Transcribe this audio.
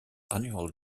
annual